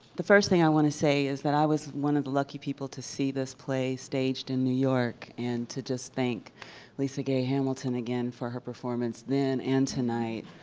the first thing i want to say is that i was one of the lucky people to see this play staged in new york and to just thank lisa gay hamilton again for her performance then and tonight.